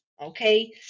okay